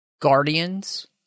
Guardians